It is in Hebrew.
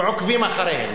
ועוקבים אחריהם.